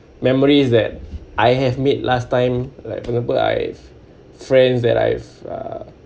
memories that I have made last time like for example I've friends that I've uh